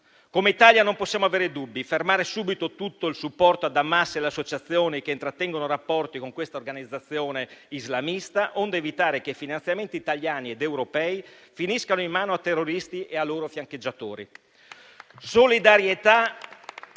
Come Italia non possiamo avere dubbi: fermare subito tutto il supporto a Hamas e alle associazioni che intrattengono rapporti con questa organizzazione islamista, onde evitare che finanziamenti italiani ed europei finiscano in mano ai terroristi e ai loro fiancheggiatori.